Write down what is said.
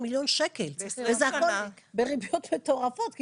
מיליון שקל וזה הכול בריביות מטורפות.